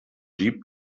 jeep